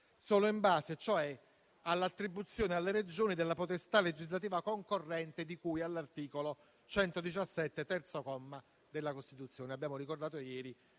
solo in base cioè all'attribuzione alle Regioni della potestà legislativa concorrente, di cui all'articolo 117, terzo comma, della Costituzione